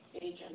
agent